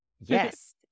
Yes